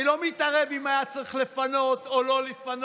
אני לא מתערב בשאלה אם היה צריך לפנות או לא לפנות,